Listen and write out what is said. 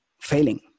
failing